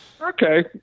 Okay